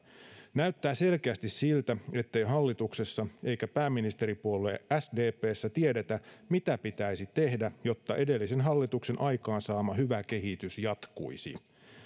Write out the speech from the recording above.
näyttää selkeästi siltä ettei hallituksessa eikä pääministeripuolue sdpssä tiedetä mitä pitäisi tehdä jotta edellisen hallituksen aikaansaama hyvä kehitys jatkuisi